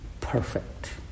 perfect